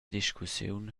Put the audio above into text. discussiun